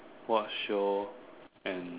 watch show and